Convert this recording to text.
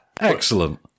Excellent